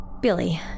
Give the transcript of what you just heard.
Billy